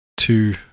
Two